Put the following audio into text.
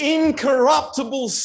incorruptible